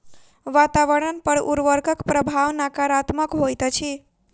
वातावरण पर उर्वरकक प्रभाव नाकारात्मक होइत अछि